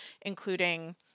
including